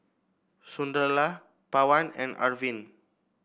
Sunderlal Pawan and Arvind